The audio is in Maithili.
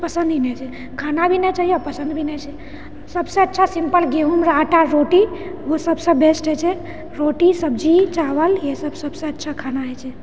कुछ भी पसन्द ही नहि छै खाना भी नहि चाहिए पसन्द भी नहि छै सबसँ अच्छा सिम्पल गेहूँम रऽ आटा रोटी उ सबसँ बेस्ट होइ छै रोटी सब्जी चावल ये सब सबसँ अच्छा खाना होइ छै